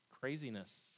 craziness